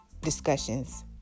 discussions